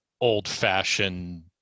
old-fashioned